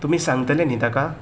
तुमी सांगतले न्ही ताका